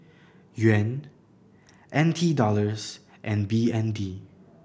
Yuan N T Dollars and B N D